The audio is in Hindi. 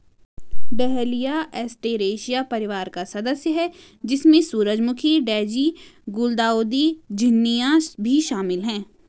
डहलिया एस्टेरेसिया परिवार का सदस्य है, जिसमें सूरजमुखी, डेज़ी, गुलदाउदी, झिननिया भी शामिल है